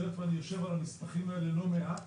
היות שאני יושב על המסמכים האלה לא מעט,